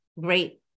great